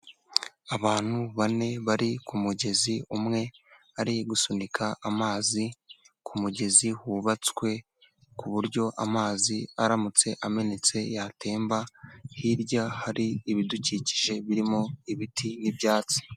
Abantu bane bari kumugezi umwe ari gusunika amazi kumugezi wubatswe ku buryo amazi aramutse amenetse yatemba ,hirya hari ibidukikije birimo ibiti n'ibyatsi.